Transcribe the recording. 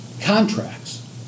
contracts